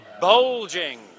bulging